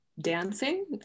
dancing